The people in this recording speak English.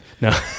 No